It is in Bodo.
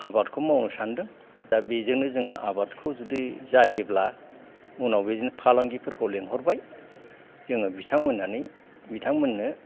आबादखौ मावनो सानदों दा बेजोंनो जोङो आबादखौ जुदि जायोब्ला उनाव बिदिनो फालांगिफोरखौ लेंहरबाय जोङो बिथांमोननानै बिथां मोननो